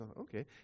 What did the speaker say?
Okay